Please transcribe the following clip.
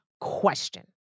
question